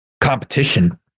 competition